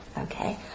Okay